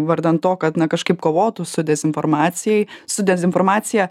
vardan to kad na kažkaip kovotų su dezinformacijai su dezinformacija